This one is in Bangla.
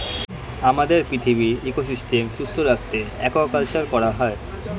আমাদের পৃথিবীর ইকোসিস্টেম সুস্থ রাখতে অ্য়াকুয়াকালচার করা হয়